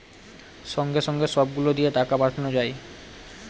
সঙ্গে সঙ্গে সব গুলো দিয়ে টাকা পাঠানো যায়